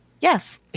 Yes